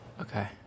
okay